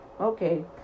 Okay